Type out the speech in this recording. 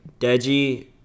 deji